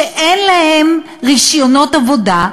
שאין להם רישיונות עבודה,